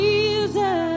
Jesus